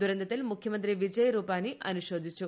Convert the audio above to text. ദുരന്തത്തിൽ മുഖ്യമന്ത്രി വിജയ് രൂപാനി അനുശോചിച്ചു